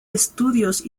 estudios